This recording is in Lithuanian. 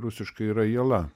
rusiškai yra jiela